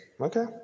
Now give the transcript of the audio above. Okay